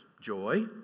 Joy